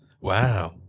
Wow